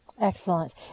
Excellent